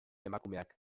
emakumeak